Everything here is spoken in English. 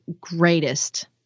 greatest